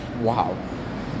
Wow